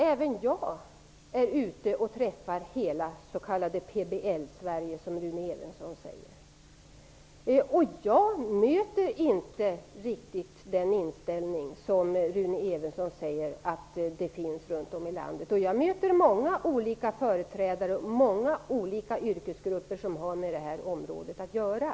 Även jag är ute och träffar hela det s.k. PBL Sverige, som Rune Evensson säger, och jag möter inte den inställning som han påstår finns runt om i landet. Jag möter många olika företrädare och många olika yrkesgrupper som har med området att göra.